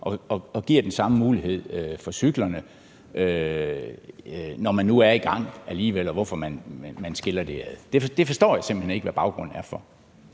og giver den samme mulighed for cyklerne, når man nu alligevel er i gang, altså hvorfor man skiller det ad. Det forstår jeg simpelt hen ikke hvad baggrunden er for.